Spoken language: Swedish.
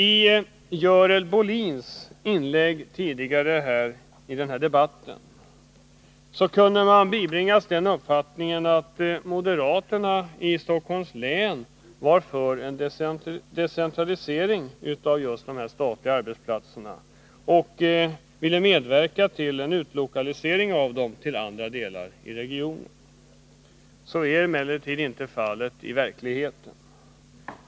Av Görel Bohlins inlägg tidigare i den här debatten kunde man bibringas den uppfattningen att moderaterna i Stockholms län var för en decentralisering av de statliga arbetsplatserna och ville medverka till en utlokalisering av dem till andra delar i regionen. Så är emellertid inte fallet.